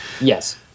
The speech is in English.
Yes